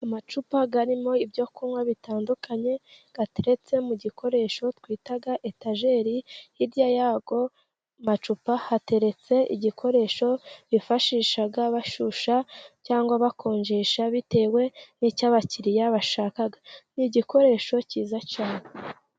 Amacupa arimo ibyo kunywa bitandukanye, ateretse mu gikoresho twita etageri, hirya yayo macupa hateretse igikoresho bifashisha bashusha cyangwa bakonjesha bitewe n'icyo abakiriya bashaka. Ni igikoresho cyiza cyane.